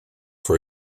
for